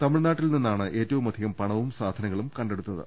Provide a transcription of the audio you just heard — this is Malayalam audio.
തമിഴ്നാട്ടിൽ നിന്നാണ് ഏറ്റവുമധികം പണവും സാധനങ്ങളും കണ്ടെടുത്തത്